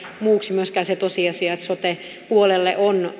muuksi myöskään se tosiasia että sote puolelle on